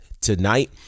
tonight